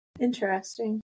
Interesting